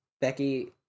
Becky